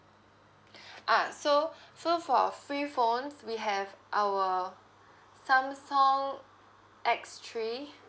ah so so for free phones we have our Samsung X three